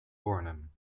bornem